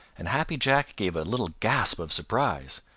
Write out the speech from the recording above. and happy jack gave a little gasp of surprise.